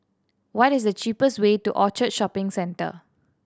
what is the cheapest way to Orchard Shopping Centre